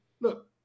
look